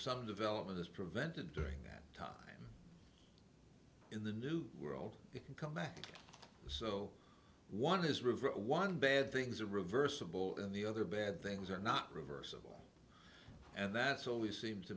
some development this prevented during that time in the new world it can come back so one is really one bad things are reversible and the other bad things are not reversible and that's always seems to